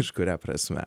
kažkuria prasme